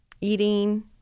Eating